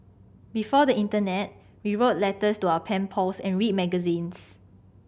before the internet we wrote letters to our pen pals and read magazines